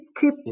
keep